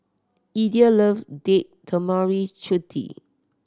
Idell love Date Tamarind Chutney